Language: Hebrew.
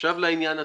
עכשיו לעניין עצמו.